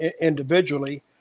individually